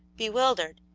bewildered,